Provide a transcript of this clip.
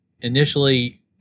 initially